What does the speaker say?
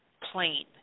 plain